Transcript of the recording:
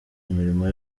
imirimo